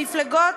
המפלגות,